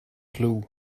clue